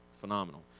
phenomenal